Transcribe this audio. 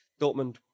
Dortmund